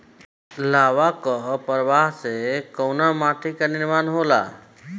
लावा क प्रवाह से कउना माटी क निर्माण होला?